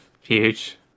huge